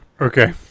Okay